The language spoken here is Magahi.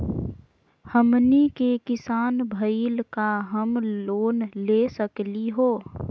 हमनी के किसान भईल, का हम लोन ले सकली हो?